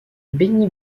benny